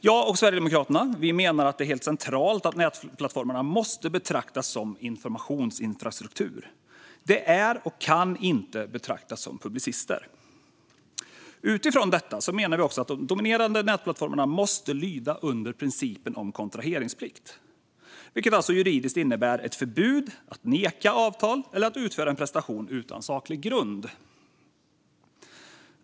Jag och Sverigedemokraterna menar att det är helt centralt att nätplattformarna måste betraktas som informationsinfrastruktur. De är inte och kan inte betraktas som publicister. Utifrån detta menar vi att de dominerande nätplattformarna måste lyda under principen om kontraheringsplikt, vilket juridiskt innebär ett förbud mot att neka avtal eller neka att utföra en prestation utan saklig grund.